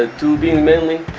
ah to being manly,